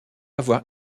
avoir